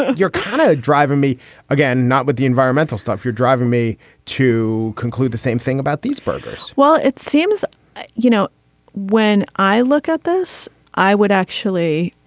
you're kind of driving me again not with the environmental stuff you're driving me to conclude the same thing about these burgers well it seems you know when i look at this i would actually